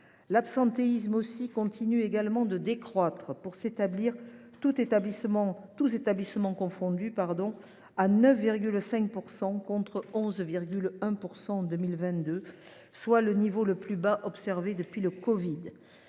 L’absentéisme continue également de décroître, pour s’établir, tous établissements confondus, à 9,5 %, contre 11,1 % en 2022, soit le niveau le plus bas observé depuis la covid